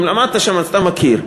אם למדת שם אז אתה מכיר.